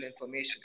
information